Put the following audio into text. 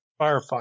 firefighter